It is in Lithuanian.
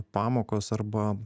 pamokos arba